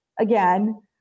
again